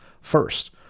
first